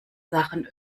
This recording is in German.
sachen